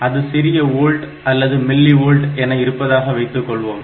அது சிறிய ஓல்ட் அல்லது மில்லிஓல்ட் என இருப்பதாக வைத்துக்கொள்வோம்